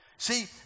See